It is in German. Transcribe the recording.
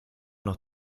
noch